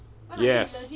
yes